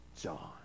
John